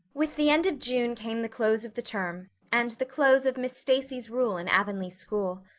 with the end of june came the close of the term and the close of miss stacy's rule in avonlea school.